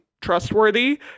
trustworthy